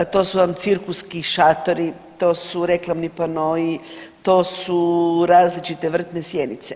To su vam cirkuski šatori, to su reklamni panoi, to su različite vrtne sjenice.